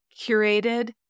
curated